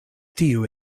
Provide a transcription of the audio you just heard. tiu